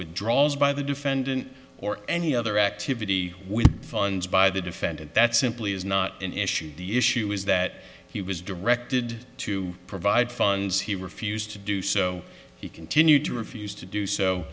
withdrawals by the defendant or any other activity with funds by the defendant that simply is not an issue the issue is that he was directed to provide funds he refused to do so he continued to refuse to do so